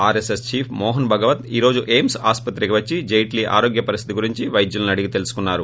RSS chief Mohan Bhagwat ఈ రోజు ఎయిమ్పీ ఆస్పత్రికి వచ్చి జైట్లీ ఆరోగ్య పరిస్దితి గురించి వైద్యులను అడిగి తెలుసుకున్నారు